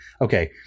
Okay